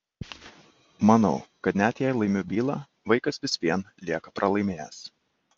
manau kad net jei laimiu bylą vaikas vis vien lieka pralaimėjęs